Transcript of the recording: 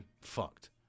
fucked